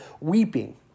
weeping